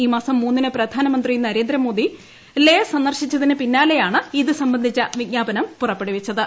ഈ മാസം മൂന്നിന് പ്രധാനമന്ത്രി നരേന്ദ്രമോദി ലേ സന്ദർശിച്ചതിനു പിന്നാലെയാണ് ഇതു സംബന്ധിച്ച വിജ്ഞാപനം പുറപ്പെടുവിച്ചത്